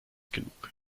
genug